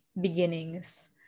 beginnings